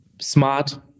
smart